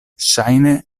ŝajne